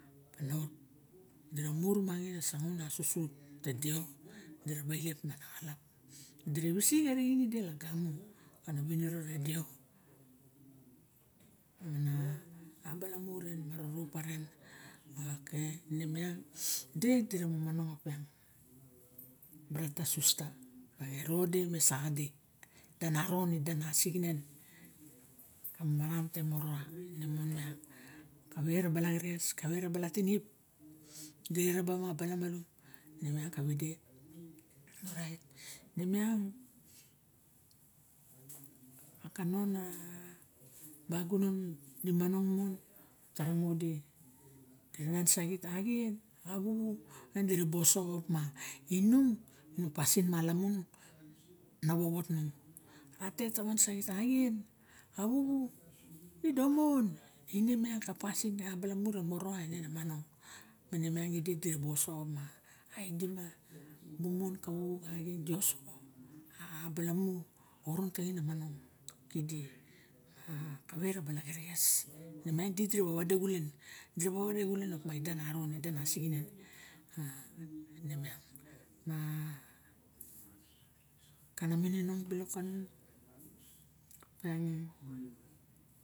La ot di ra mur mangin a sangaun a susut, ta deo. Di ra ba elep axalap. Di ra usin ra nixin ide laxamu la ra viniro ra deo. Na la balamu ren mara rum pa ren. Okay ine miang di, dira momonong op miang, barata, sista, erodi me saxadi, ita ra non, ida na asinginen, te maram te moroa, mon miang. Kavae ra bala res, kavae ra bala tinip, ti ribe ra balamu ni miang ka vi de, orait ni miang aka no na ba gunan ni monong mon, tara mudi, diranan saxit axien, avuxu, nen di ra ba osoxo op ma, inung pasin malamun na vovot nung. Atet savan, saxit axien, avuxu, i domon ine na monong, ma ni miang idi di ga ba osoxo ma, ai idi ma domon, a vuvu, axien di osoxo, a balamu orong taxin na monong ti di. Kavae ra bala gereges. Ni miang idi di ra ba vade xulen op ma, ida naron, ida nasinginen, ine miang kanamininong bilok kanimu op miang.